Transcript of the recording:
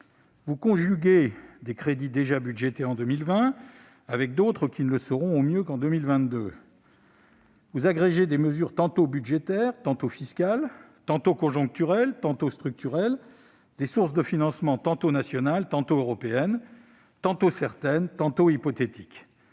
Vous conjuguez des crédits déjà « budgétés » en 2020 avec d'autres qui ne le seront, au mieux, qu'en 2022. Vous agrégez des mesures tantôt budgétaires, tantôt fiscales, tantôt conjoncturelles, tantôt structurelles ; des sources de financement tantôt nationales, tantôt européennes, tantôt certaines, tantôt hypothétiques.